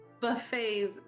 buffets